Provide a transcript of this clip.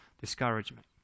discouragement